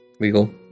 legal